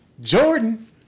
Jordan